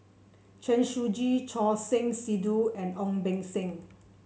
Chen Shiji Choor Singh Sidhu and Ong Beng Seng